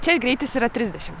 čia greitis yra trisdešim